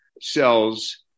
cells